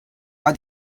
are